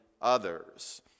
others